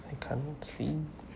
I can't see